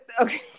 Okay